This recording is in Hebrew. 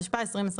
התשפ"א-2021".